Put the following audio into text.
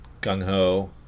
Gung-ho